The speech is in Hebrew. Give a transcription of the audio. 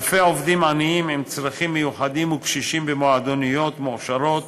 אלפי עובדים עניים עם צרכים מיוחדים וקשישים במועדוניות מועשרות